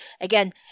again